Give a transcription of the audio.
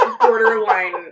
borderline